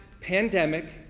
pandemic